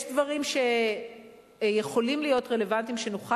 יש דברים שיכולים להיות רלוונטיים שנוכל